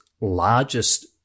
largest